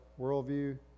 worldview